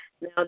now